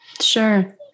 Sure